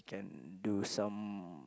can do some